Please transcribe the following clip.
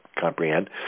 comprehend